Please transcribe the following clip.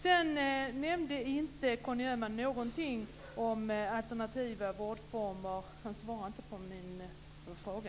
Conny Öhman nämnde inte något om alternativa vårdformer. Han svarade inte på min fråga.